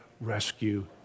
rescue